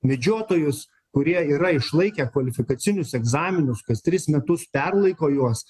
medžiotojus kurie yra išlaikę kvalifikacinius egzaminus kas tris metus perlaiko juos